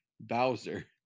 Bowser